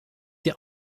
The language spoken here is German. dir